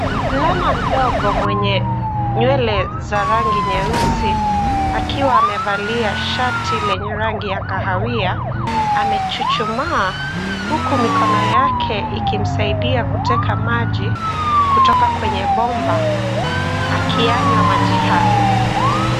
Mvulana mdogo mwenye nywele za rangi nyeusi akiwa amevalia shati lenye rangi ya kahawia amechuchumaa huku mikono yake ikimsaidia kuteka maji kutoka kwenye bomba akiyanyua maji hayo.